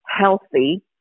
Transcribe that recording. healthy